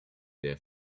their